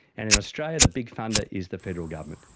and in australia the big funder is the federal government,